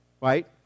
right